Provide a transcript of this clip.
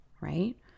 right